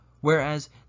whereas